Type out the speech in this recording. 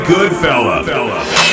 Goodfella